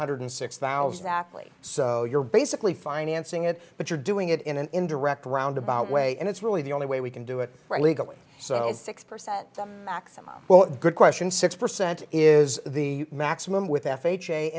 hundred six thousand athletes so you're basically financing it but you're doing it in an indirect roundabout way and it's really the only way we can do it legally so six percent maximum well good question six percent is the maximum with f h